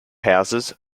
houses